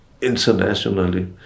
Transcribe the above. internationally